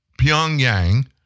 Pyongyang